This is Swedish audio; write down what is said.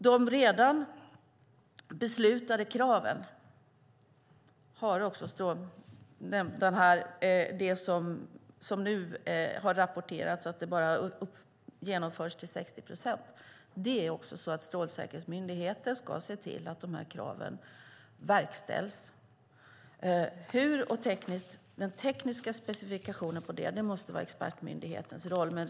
Det har nu rapporterats att de redan beslutade kraven genomförs till 60 procent. Strålsäkerhetsmyndigheten ska se till att besluten verkställs. Hur och den tekniska specifikationen måste vara expertmyndighetens roll.